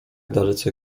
dalece